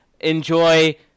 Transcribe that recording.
enjoy